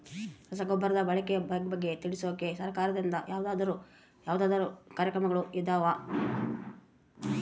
ರಸಗೊಬ್ಬರದ ಬಳಕೆ ಬಗ್ಗೆ ತಿಳಿಸೊಕೆ ಸರಕಾರದಿಂದ ಯಾವದಾದ್ರು ಕಾರ್ಯಕ್ರಮಗಳು ಇದಾವ?